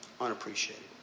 Unappreciated